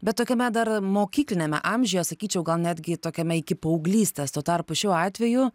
bet tokiame dar mokykliniame amžiuje sakyčiau gal netgi tokiame iki paauglystės tuo tarpu šiuo atveju